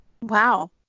Wow